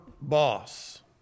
Boss